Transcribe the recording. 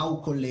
מה הוא כולל?